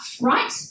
right